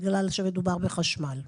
בגלל שמדובר בחשמל?